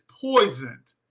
poisoned